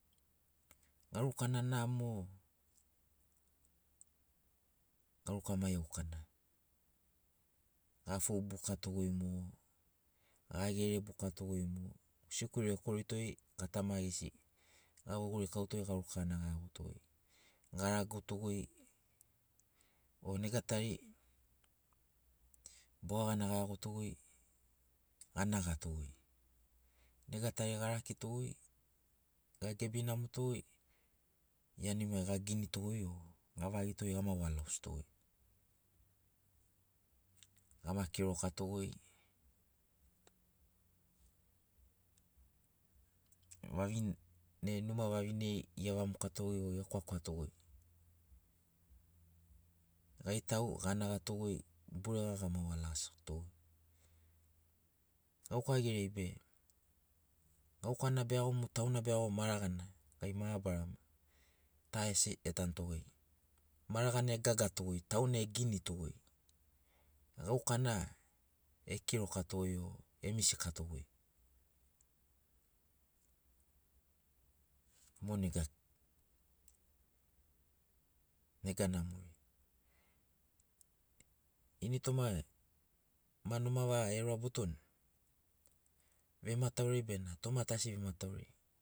Garukana namo garuka mai iaukana gafou bukatogoi mo gagere bukatogoi mo sikuri ekoritogoi gatama gesi avegorikautogoi garuka gana gaeagotogoi garagotogoi o nega tar iboga gana gaeagotogoi anagatogoi nega tai arakitogoi gagebinamotogoi ianimai gaginitogoi gavagito gama wa lagasito ama kirokatogoi vavine numa vavineri gevamokato ekwakwatogoi gai tau anagatogoi burega gama wa lagasito gauka geriai be gaukana beago tauna beago muuuu maragana gai mabarama ta asi getanutogoi maragana egagatogoi tauna eginitogoi gaukana ekirokatogoi emisikatogoi mo nega nega namona ini toma ma noma vaeroa botoni vemataurai bena toma tu asi vemataurai